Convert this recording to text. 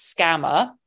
scammer